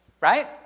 Right